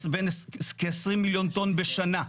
כ-20 מיליון טון בשנה.